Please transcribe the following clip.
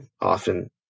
often